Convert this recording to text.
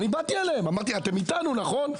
אני באתי אליהם, אמרתי, אתם איתנו, נכון?